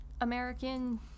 American